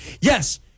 yes